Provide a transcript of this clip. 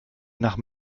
nach